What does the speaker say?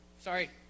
sorry